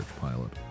pilot